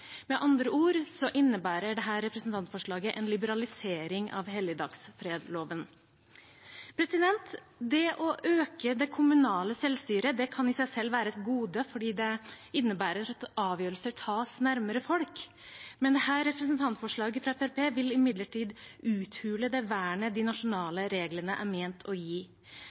Med andre ord innebærer dette representantforslaget en liberalisering av helligdagsfredloven. Det å øke det kommunale selvstyret kan i seg selv være et gode, fordi det innebærer at avgjørelser tas nærmere folk. Men dette representantforslaget fra Fremskrittspartiet vil uthule det vernet de nasjonale reglene er ment å gi.